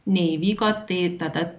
neįvyko tai tada